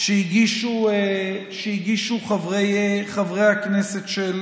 שהגישו חברי הכנסת של